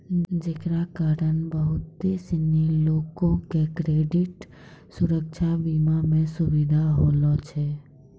जेकरा कारण बहुते सिनी लोको के क्रेडिट सुरक्षा बीमा मे सुविधा होलो छै